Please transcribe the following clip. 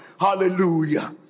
hallelujah